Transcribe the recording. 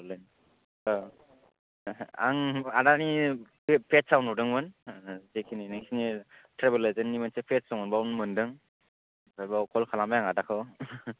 ओहो आं आदानि फेज आव नुदोंमोन जेखिनि नोंसिनि ट्रेभेल एजेन्टनि मोनसे फेज दङ बाव मोनदों ओमफाय बाव कल खालामबाय आं आदाखौ